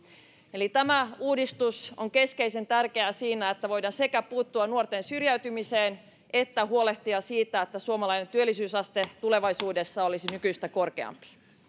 eli tämä uudistus on keskeisen tärkeä siinä että voidaan sekä puuttua nuorten syrjäytymiseen että huolehtia siitä että suomalainen työllisyysaste tulevaisuudessa olisi nykyistä korkeampi